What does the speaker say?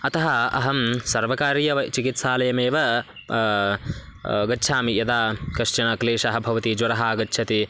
अतः अहं सर्वकारीय चिकित्सालयमेव गच्छामि यदा कश्चन क्लेशः भवति ज्वरः आगच्छति